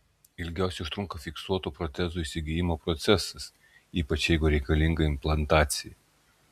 ilgiausiai užtrunka fiksuotų protezų įsigijimo procesas ypač jeigu reikalinga implantacija